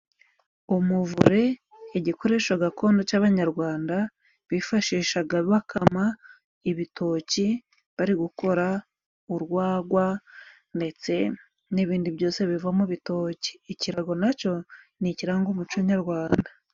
Umuvure igikoresho gakondo cy'abanyarwanda bifashishaga bakama ibitoki, bari gukora urwagwa ndetse n'ibindi byose biva mu bitoki, ikirago naco ni ikiranga umuco nyarwanda.